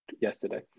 yesterday